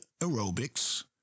aerobics